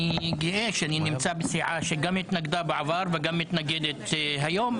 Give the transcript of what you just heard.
אני גאה שאני נמצא בסיעה שהתנגדה גם בעבר וגם מתנגדת היום,